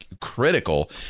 critical